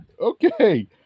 Okay